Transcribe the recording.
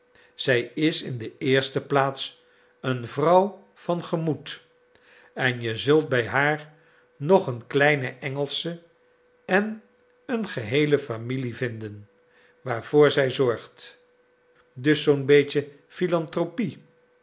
zij is in de eerste plaats een vrouw van gemoed en je zult bij haar nog een kleine engelsche en een geheele familie vinden waarvoor zij zorgt dus zoo'n beetje philantropie